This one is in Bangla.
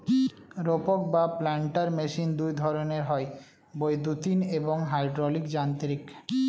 রোপক বা প্ল্যান্টার মেশিন দুই ধরনের হয়, বৈদ্যুতিন এবং হাইড্রলিক যান্ত্রিক